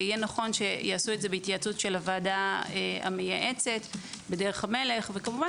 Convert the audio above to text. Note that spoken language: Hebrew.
יהיה נכון שיעשו את זה בהתייעצות הוועדה המייעצת בדרך המלך וכמובן